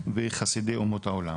וחסידי אומות העולם.